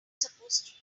supposed